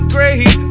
Great